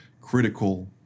critical